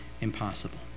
impossible